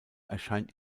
erscheint